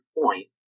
point